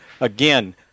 again